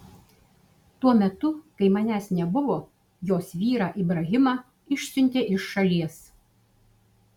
tuo metu kai manęs nebuvo jos vyrą ibrahimą išsiuntė iš šalies